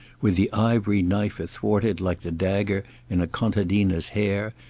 with the ivory knife athwart it like the dagger in a contadina's hair,